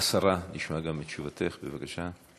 השרה, נשמע גם את תשובתך, בבקשה.